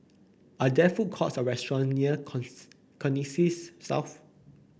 are there food courts or restaurants near Connexis South